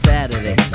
Saturday